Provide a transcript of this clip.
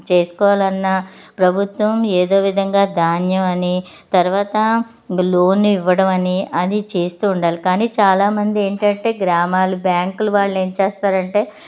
చేసుకోవాలన్నా ప్రభుత్వం ఏదో విధంగా ధాన్యం అని తర్వాత ఇంకా లోన్ ఇవ్వడం అని అది చేస్తు ఉండాలి కానీ చాలా మంది ఏంటంటే గ్రామాలు బ్యాంకులు వాళ్ళు ఏమి చేస్తారంటే